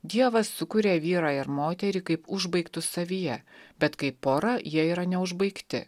dievas sukuria vyrą ir moterį kaip užbaigtus savyje bet kaip pora jie yra neužbaigti